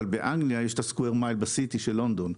אבל יש את Square Mile בסיטי של לונדון.